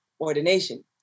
ordination